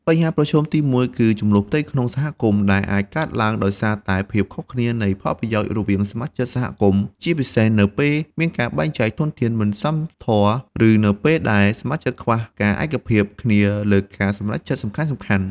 បញ្ហាប្រឈមទីមួយគឺ ជម្លោះផ្ទៃក្នុងសហគមន៍ ដែលអាចកើតឡើងដោយសារតែភាពខុសគ្នានៃផលប្រយោជន៍រវាងសមាជិកសហគមន៍ ជាពិសេសនៅពេលមានការបែងចែកធនធានមិនសមធម៌ ឬនៅពេលដែលសមាជិកខ្វះការឯកភាពគ្នាលើការសម្រេចចិត្តសំខាន់ៗ។